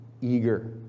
eager